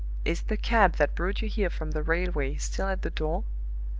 is the cab that brought you here from the railway still at the door?